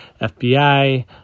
fbi